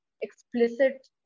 explicit